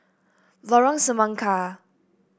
Lorong Semangka